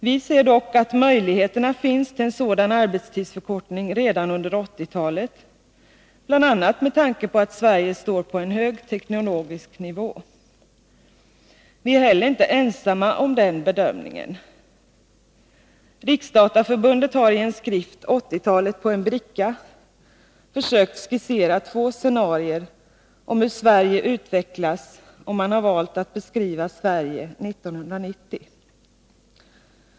Vi anser dock att möjligheterna finns till en sådan arbetstidsförkortning redan under 1980-talet, bl.a. med tanke på att Sverige står på en hög teknologisk nivå. Vi är inte heller ensamma om den bedömningen. Riksdataförbundet har i en skrift, ”åttiotalet på en bricka”, försökt skissera två scenarier om hur Sverige utvecklas, och man har valt att beskriva Sverige 1990.